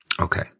Okay